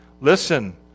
listen